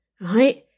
right